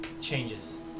changes